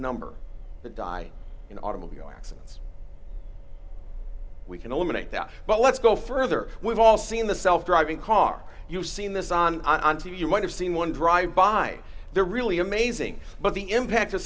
number that die in automobile accidents we can eliminate that but let's go further we've all seen the self driving car you've seen this on on t v you might have seen one drive by they're really amazing but the impact o